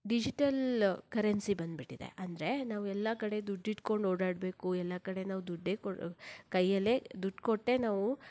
digital currency ಬಂದುಬಿಟ್ಟಿದೆ ಅಂದರೆ ನಾವು ಎಲ್ಲ ಕಡೆ ದುಡ್ಡು ಇಟ್ಕೊಂಡು ಓಡಾಡಬೇಕು ಎಲ್ಲ ಕಡೆ ನಾವು ದುಡ್ಡೇ ಕೊಡ್ ಕೈಯಲ್ಲೇ ದುಡ್ಡು ಕೊಟ್ಟೇ ನಾವು